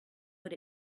what